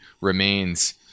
remains